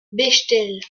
bechtel